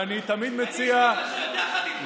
ואני תמיד מציע לנצל,